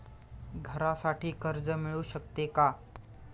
घरासाठी कर्ज मिळू शकते का?